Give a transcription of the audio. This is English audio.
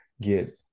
get